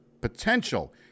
potential